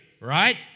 right